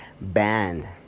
band